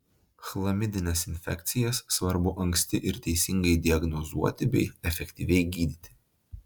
chlamidines infekcijas svarbu anksti ir teisingai diagnozuoti bei efektyviai gydyti